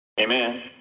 Amen